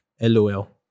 LOL